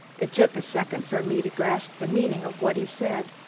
it took a second for me to grasp the meaning of what he said,